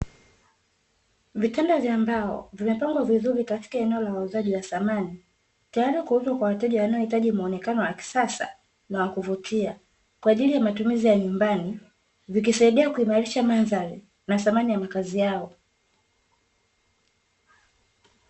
Vitanda vya mbao vimepangwa vizuri katika eneo la wauzaji wa samani, tayari kuuzwa kwa wateja wanaohitaji muonekano wa kisasa na wa kuvutia, kwa ajili ya matumizi ya nyumbani vikisaidia kuimarisha mandhari na samani ya makazi yao.